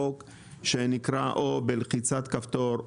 חוק שנקרא או "בלחיצת כפתור",